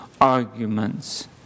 arguments